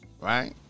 right